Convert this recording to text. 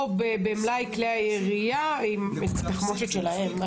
או במלאי כלי הירייה עם תחמושת שלהם.